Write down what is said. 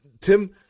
Tim